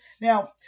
Now